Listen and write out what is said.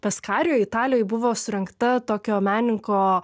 paskarijoj italijoj buvo surengta tokio menininko